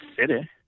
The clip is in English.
city